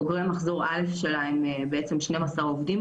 בוגרי מחזור א' שלה הם בעצם 12 עובדים,